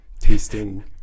tasting